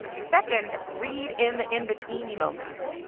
second, read in the in-betweeny moments,